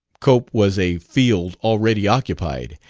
cope was a field already occupied,